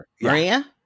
Maria